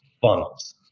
funnels